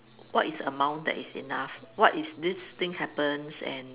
what is the amount that is enough what if this thing happens and